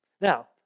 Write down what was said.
Now